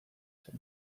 zen